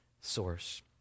source